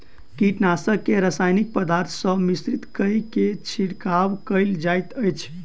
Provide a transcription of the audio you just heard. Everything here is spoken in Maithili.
कीटनाशक के रासायनिक पदार्थ सॅ मिश्रित कय के छिड़काव कयल जाइत अछि